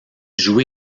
joue